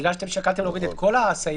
בגלל שאתם שקלתם להוריד את כל הסעיף,